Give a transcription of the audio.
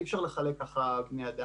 אי אפשר לחלק ככה בני אדם.